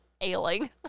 ailing